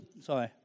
Sorry